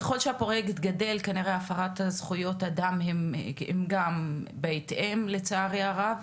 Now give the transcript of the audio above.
ככל שהפרוייקט גדל כנראה הפרת זכויות אדם גם בהתאם לצערי הרב.